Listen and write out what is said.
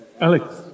Alex